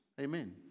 Amen